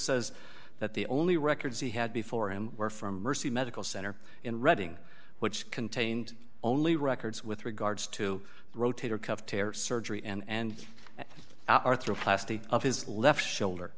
says that the only records he had before him were from mercy medical center in redding which contained only records with regards to rotator cuff tear surgery and are through plastic of his left shoulder